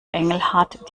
engelhart